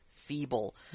feeble